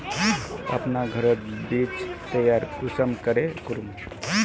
अपना घोरोत बीज तैयार कुंसम करे करूम?